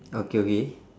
okay okay